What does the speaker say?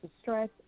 stress